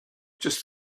just